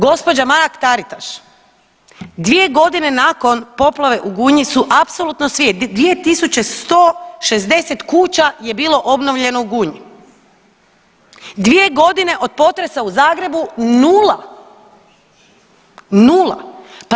Gospođa Mrak Taritaš dvije godine nakon poplave u Gunji su apsolutno svi, 2160 kuća je bilo obnovljeno u Gunji, dvije godine od potresa u Zagrebu nula, nula.